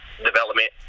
development